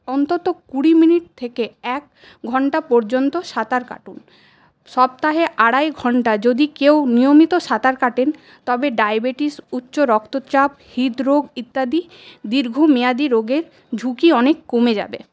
অন্তত কুড়ি মিনিট থেকে এক ঘণ্টা পর্যন্ত সাঁতার কাটুন সপ্তাহে আড়াই ঘণ্টা যদি কেউ নিয়মিত সাঁতার কাটেন তবে ডায়াবেটিস উচ্চ রক্তচাপ হৃদ রোগ ইত্যাদি দীর্ঘ মেয়াদি রোগের ঝুঁকি অনেক কমে যাবে